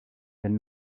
elle